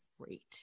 great